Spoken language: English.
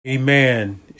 Amen